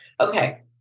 okay